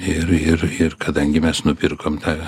ir ir ir kadangi mes nupirkom tą